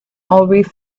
always